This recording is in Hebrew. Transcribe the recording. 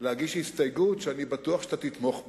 להגיש הסתייגות, שאני בטוח שאתה תתמוך בה.